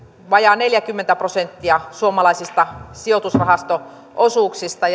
vajaa neljäkymmentä prosenttia suomalaisista sijoitusrahasto osuuksista